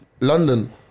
London